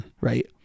Right